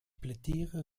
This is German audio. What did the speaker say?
plädiere